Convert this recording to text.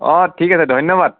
অ ঠিক আছে ধন্যবাদ